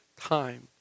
time